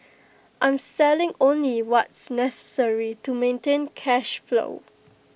I'm selling only what's necessary to maintain cash flow